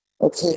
Okay